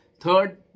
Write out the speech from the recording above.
Third